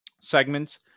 segments